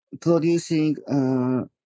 producing